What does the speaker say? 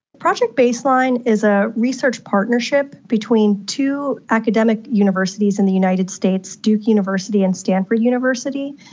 project baseline is a research partnership between two academic universities in the united states, duke university and stanford university,